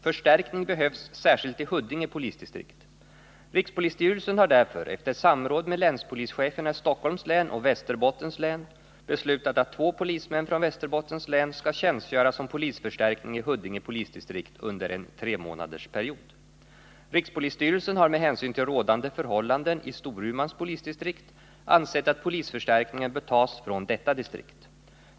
Förstärkning behövs särskilt i Huddinge polisdistrikt. Rikspolisstyrelsen har därför efter samråd med länspolischeferna i Stockholms län och Västerbottens län beslutat att två polismän från Västerbottens län skall tjänstgöra som polisförstärkning i Huddinge polisdistrikt under en tremånadersperiod. Rikspolisstyrelsen har med hänsyn till rådande förhållanden i Storumans polisdistrikt ansett att polisförstärkningen bör tas från detta distrikt.